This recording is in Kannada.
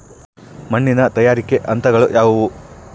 ಮಣ್ಣಿನ ತಯಾರಿಕೆಯ ಹಂತಗಳು ಯಾವುವು?